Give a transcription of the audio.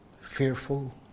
fearful